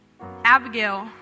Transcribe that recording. Abigail